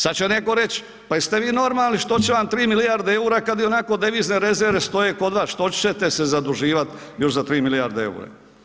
Sad će netko reći, pa jeste vi normalni, što će vam 3 milijarde EUR-a kad ionako devizne rezerve stoje kod vas, što ćete se zaduživat još za 3 milijarde EUR-a.